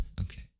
Okay